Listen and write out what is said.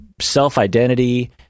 self-identity